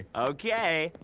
okay,